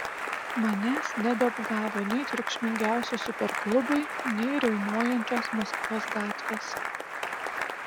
manęs nebeapgavo nei triukšmingiausi superklubai nei riaumojančios maskvos gatvės